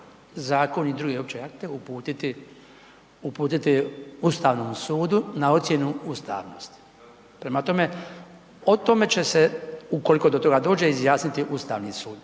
zakon i druge opće akte uputiti, uputiti Ustavnom sudu na ocjenu ustavnosti. Prema tome, o tome će se, ukoliko do toga dođe, izjasniti Ustavni sud